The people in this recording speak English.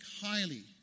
highly